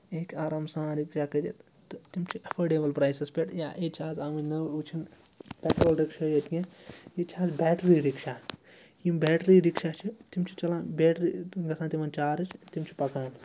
یہِ ہیٚکہِ آرام سان رِکشا کٔرِتھ تہٕ تِم چھِ اٮ۪فٲڈیبٕل پرٛایسَس پٮ۪ٹھ یا ییٚتہِ چھِ آز آمٕتۍ نٔو وٕچھُن پٮ۪ٹرول رِکشا یٲتۍ کیٚنٛہہ ییٚتہِ چھِ آز بیٹری رِکشا یِم بیٹری رِکشا چھِ تِم چھِ چَلان بیٹری تِم گَژھان تِمَن چارٕج تہٕ تِم چھِ پَکان